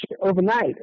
overnight